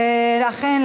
אכן,